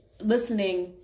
listening